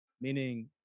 meaning